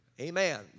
Amen